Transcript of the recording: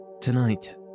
Tonight